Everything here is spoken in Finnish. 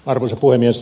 arvoisa puhemies